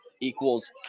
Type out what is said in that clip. equals